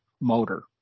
motor